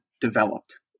developed